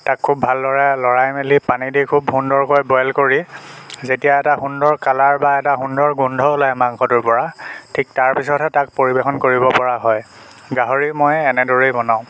তাক খুব ভালদৰে লৰাই মেলি পানী দি খুব সুন্দৰকৈ বইল কৰি যেতিয়া এটা সুন্দৰ কালাৰ বা এটা সুন্দৰ গোন্ধ ওলাই মাংসটোৰ পৰা ঠিক তাৰ পিছতহে তাক পৰিৱেশন কৰিব পৰা হয় গাহৰি মই এনেদৰে বনাওঁ